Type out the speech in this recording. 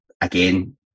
again